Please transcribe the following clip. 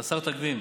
חסר תקדים.